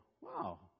wow